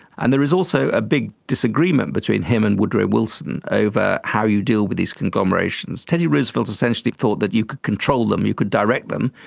and there is also a big disagreement between him and woodrow wilson over how you deal with these conglomerations. teddy roosevelt essentially thought that you could control, you could direct them,